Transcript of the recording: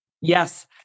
Yes